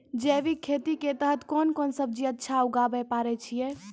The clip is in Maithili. जैविक खेती के तहत कोंन कोंन सब्जी अच्छा उगावय पारे छिय?